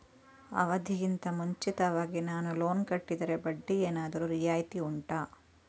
ಅವಧಿ ಗಿಂತ ಮುಂಚಿತವಾಗಿ ನಾನು ಲೋನ್ ಕಟ್ಟಿದರೆ ಬಡ್ಡಿ ಏನಾದರೂ ರಿಯಾಯಿತಿ ಉಂಟಾ